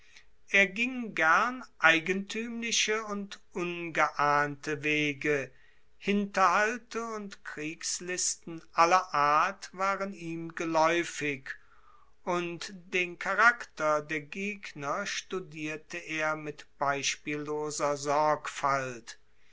er ging gern eigentuemliche und ungeahnte wege hinterhalte und kriegslisten aller art waren ihm gelaeufig und den charakter der gegner studierte er mit beispielloser sorgfalt